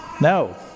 No